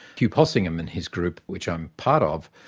hugh possingham and his group, which i'm part of,